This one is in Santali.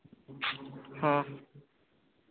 ᱦᱚᱸ